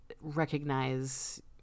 recognize